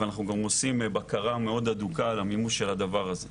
ואנחנו גם עוסקים בבקרה מאוד הדוקה על הדבר הזה.